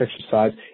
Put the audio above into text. exercise